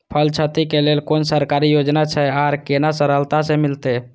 फसल छति के लेल कुन सरकारी योजना छै आर केना सरलता से मिलते?